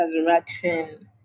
resurrection